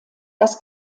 das